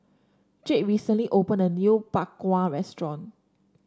Jed recently opened a new Bak Kwa restaurant